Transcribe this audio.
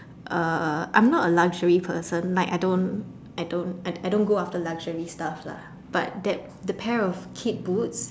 uh I'm not a luxury person like I don't I don't I I don't go after luxury stuff lah but that the pair of kid boots